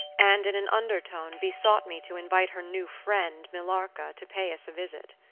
and, in an undertone, besought me to invite her new friend, millarca, to pay us a visit.